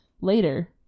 later